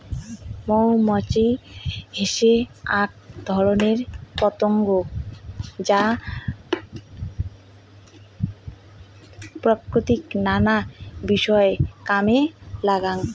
মৌ মুচি হসে আক ধরণের পতঙ্গ যা প্রকৃতির নানা বিষয় কামে লাগাঙ